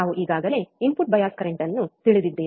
ನಾವು ಈಗಾಗಲೇ input bias current ಅನ್ನು ತಿಳಿದಿದ್ದೇವೆ